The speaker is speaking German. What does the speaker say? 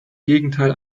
gegenteil